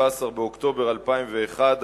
17 באוקטובר 2001,